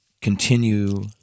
continue